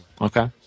Okay